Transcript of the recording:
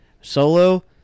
solo